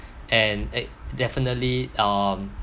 and it definitely um